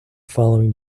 following